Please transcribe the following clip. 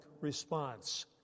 response